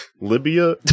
Libya